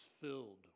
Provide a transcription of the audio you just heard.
filled